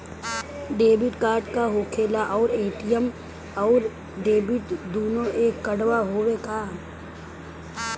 Debit card का होखेला और ए.टी.एम आउर डेबिट दुनों एके कार्डवा ह का?